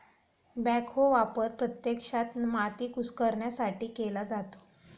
backhoe वापर प्रत्यक्षात माती कुस्करण्यासाठी केला जातो